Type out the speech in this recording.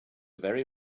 very